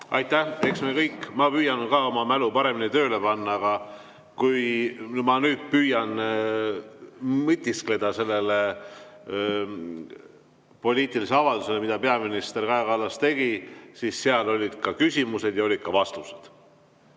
Aitäh! Eks ma püüan ka oma mälu paremini tööle panna, aga kui ma nüüd püüan mõtiskleda, mõelda sellele poliitilisele avaldusele, mida peaminister Kaja Kallas tegi, siis seal olid ka küsimused ja olid ka vastused.